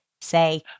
Say